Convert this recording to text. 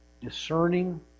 discerning